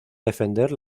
defender